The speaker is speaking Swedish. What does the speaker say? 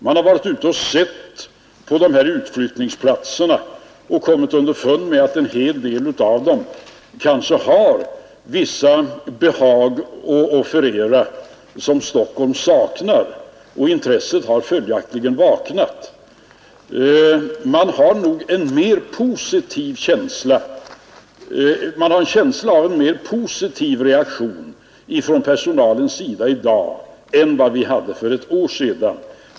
Man har varit ute och sett på de här utflyttningsplatserna och kommit underfund med att en hel del av dem kanske har vissa behag att offerera som Stockholm saknar, och intresset har följaktligen vaknat. Man har en känsla av mer positiv reaktion ifrån personalens sida i dag än vad vi hade för ett år sedan.